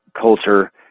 culture